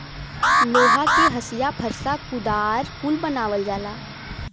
लोहा के हंसिआ फर्सा कुदार कुल बनावल जाला